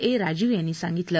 श्राजीव यांनी सांगितलं